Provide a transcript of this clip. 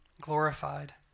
glorified